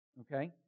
Okay